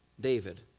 David